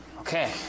Okay